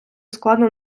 складно